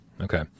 okay